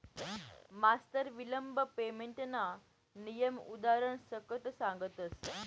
मास्तर विलंब पेमेंटना नियम उदारण सकट सांगतस